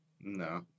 No